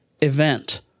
event